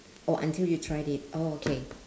or until you tried it oh okay